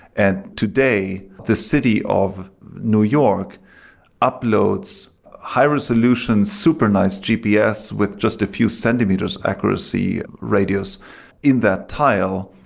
and today the city of new york uploads high-resolution, super nice gps with just a few centimeters accuracy radius in that tile,